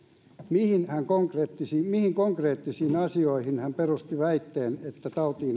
mihin konkreettisiin mihin konkreettisiin asioihin hän perusti väitteen että tautiin